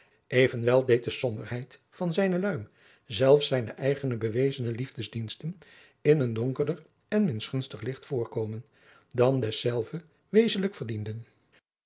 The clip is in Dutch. deed de somberheid van zijne luim zelfs zijne eigene bewezene liefdediensten in een donkerder en mingunstig licht voorkomen dan dezelve wezenlijk verdienden